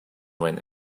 went